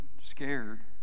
scared